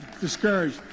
discouraged